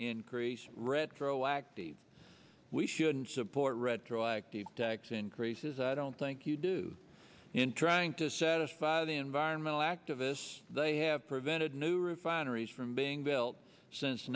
increase retroactive we shouldn't support retroactive tax increases i don't think you do in trying to satisfy the environmental activists they have prevented new refineries from being built since